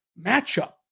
matchup